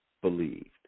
believed